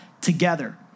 together